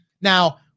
Now